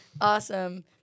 Awesome